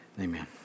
Amen